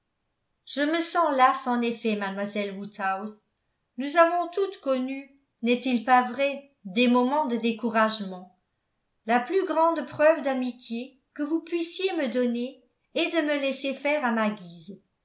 je me sens lasse en effet mademoiselle woodhouse nous avons toutes connu n'est-il pas vrai des moments de découragement la plus grande preuve d'amitié que vous puissiez me donner est de me laisser faire à ma guise